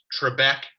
Trebek